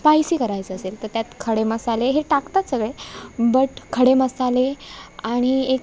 spicy करायचं असेल तर त्यात खडे मसाले हे टाकतात सगळे बट खडे मसाले आणि एक